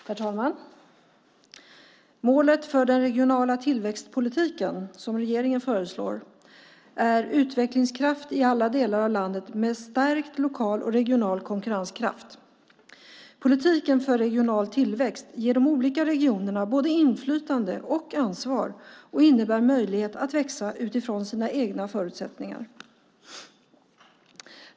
Herr talman! Målet för den regionala tillväxtpolitik som regeringen föreslår är utvecklingskraft i alla delar av landet med stark lokal och regional konkurrenskraft. Politiken för regional tillväxt ger de olika regionerna både inflytande och ansvar och innebär möjlighet att växa utifrån deras egna förutsättningar.